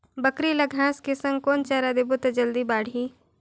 बकरी ल घांस के संग कौन चारा देबो त जल्दी बढाही?